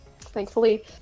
thankfully